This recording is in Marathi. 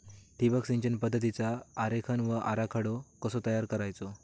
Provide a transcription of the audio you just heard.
ठिबक सिंचन पद्धतीचा आरेखन व आराखडो कसो तयार करायचो?